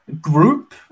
group